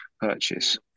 purchase